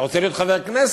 אתה רוצה להיות חבר כנסת,